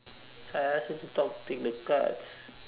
that's why I ask you to talk take the cards